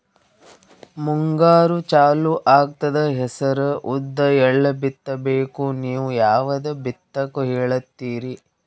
ಮುಂಗಾರು ಚಾಲು ಆಗ್ತದ ಹೆಸರ, ಉದ್ದ, ಎಳ್ಳ ಬಿತ್ತ ಬೇಕು ನೀವು ಯಾವದ ಬಿತ್ತಕ್ ಹೇಳತ್ತೀರಿ?